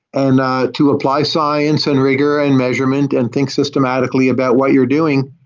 and to apply science and rigor and measurement and think systematically about what you're doing,